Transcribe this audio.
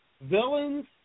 villains